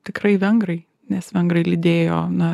tikrai vengrai nes vengrai lydėjo na